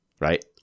Right